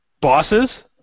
Bosses